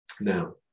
Now